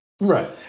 right